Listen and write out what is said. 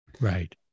Right